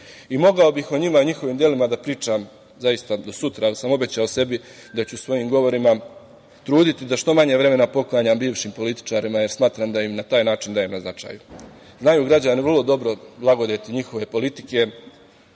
kaže. Mogao bih o njima i njihovim delima da pričam zaista do sutra, ali sam obećao sebi da ću u svojim govorima se truditi da što manje vremena poklanjam bivšim političarima, jer smatram da im na taj način dajem na značaju. Znaju građani vrlo dobro blagodeti njihove politike,